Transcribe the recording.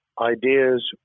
ideas